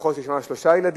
משפחות שיש בהן שלושה ילדים.